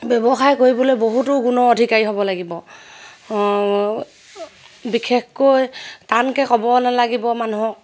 ব্যৱসায় কৰিবলৈ বহুতো গুণৰ অধিকাৰী হ'ব লাগিব বিশেষকৈ টানকে ক'ব নালাগিব মানুহক